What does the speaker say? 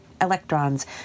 electrons